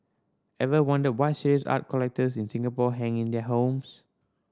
ever wondered what serious art collectors in Singapore hang in their homes